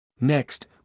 Next